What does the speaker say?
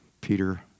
Peter